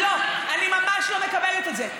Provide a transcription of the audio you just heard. לא, אני ממש לא מקבלת את זה.